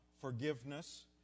forgiveness